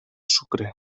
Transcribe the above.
sucre